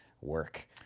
work